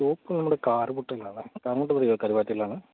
shop നമ്മുടെ കാറ്കുട്ടയിലാണ് കരുവാറ്റയിലാണ്